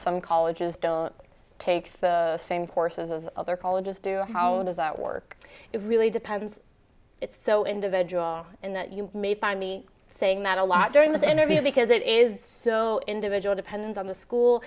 some colleges don't take the same courses as other colleges do how does that work it really depends it's so individual and you may find me saying that a lot during the interview because it is so individual depends on the school